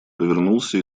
повернулся